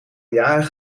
jaren